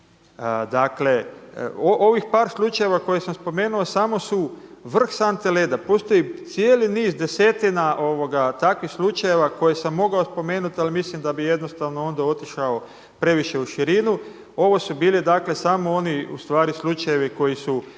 Dakle ovih par slučajeva koje sam spomenuo samo su vrh sante leda, postoji cijeli niz desetina takvih slučajeva koje sam mogao spomenuti ali mislim da bi jednostavno onda otišao previše u širinu. Ovo su bili dakle samo oni ustvari slučajevi koji su